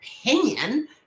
opinion